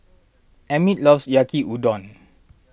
Emmit loves Yaki Udon